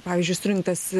pavyzdžiui surinktas